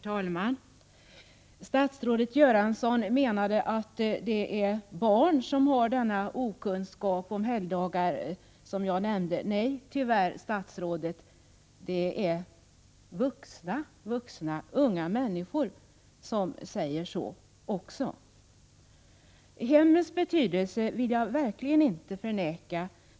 Herr talman! Statsrådet Göransson menar att det är barn som har den okunskap om helgdagar som jag nämnde. Nej, statsrådet, det är tyvärr också vuxna unga människor som har den. Hemmens betydelse vill jag verkligen inte förneka.